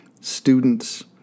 students